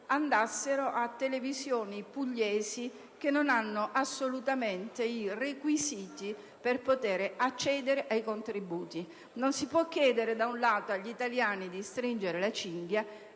andassero a emittenti locali pugliesi che non hanno assolutamente i requisiti per poter accedere ai contributi. Non si può chiedere, da un lato, agli italiani di stringere la cinghia